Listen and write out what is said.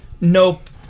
Nope